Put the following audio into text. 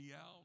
out